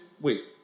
Wait